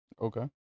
okay